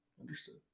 understood